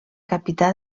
capità